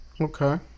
Okay